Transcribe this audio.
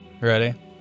Ready